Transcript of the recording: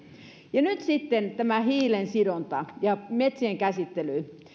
ja nyt sitten tämä hiilensidonta ja metsien käsittely